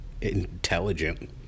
intelligent